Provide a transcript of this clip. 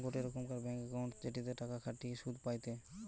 গোটে রোকমকার bank account জেটিতে টাকা খতিয়ে শুধ পায়টে